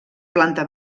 planta